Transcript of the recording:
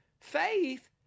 Faith